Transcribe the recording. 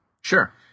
sure